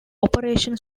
operation